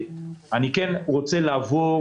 אני רוצה לעבור